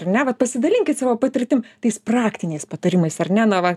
ar ne vat pasidalinkit savo patirtim tais praktiniais patarimais ar ne na va